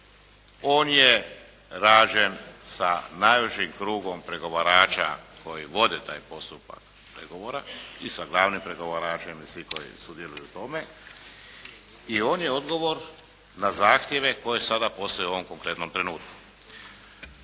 On je rađen sa najvećim krugom pregovarača koji vode taj postupak pregovora i sa glavnim pregovaračem i svih koji sudjeluju u tome. I on je odgovor na zahtjeve koji sada postoje u ovom konkretnom trenutku.